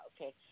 Okay